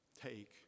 Take